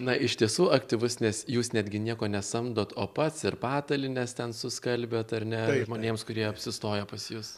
na iš tiesų aktyvus nes jūs netgi nieko nesamdot o pats ir patalynes ten suskalbiat ar ne žmonėms kurie apsistoja pas jus